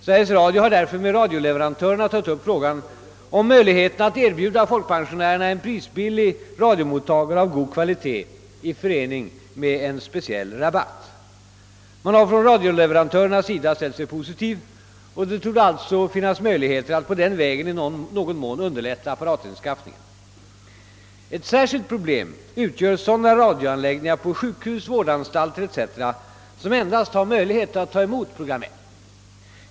Sveriges Radio har därför med radioleverantörerna tagit upp frågan om möjligheterna att erbjuda folkpensionärerna en Pprisbillig radiomottagare av god kvalitet i förening med en speciell rabatt. Man har från radioleverantörernas sida ställt sig positiv, och det torde alltså finnas möjligheter att på denna väg i någon mån underlätta apparatanskaffningen. Ett särskilt problem utgör sådana radioanläggningar på sjukhus, vårdanstalter etc., som endast har möjlighet att ta emot program 1.